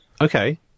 Okay